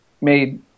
made